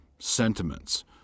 sentiments